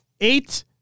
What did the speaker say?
Eight